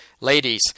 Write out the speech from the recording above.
Ladies